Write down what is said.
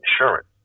insurance